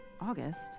August